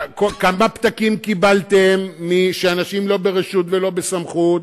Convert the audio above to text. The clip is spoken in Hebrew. כמה פתקים קיבלתם מאנשים שלא ברשות ולא בסמכות,